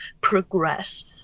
progress